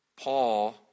Paul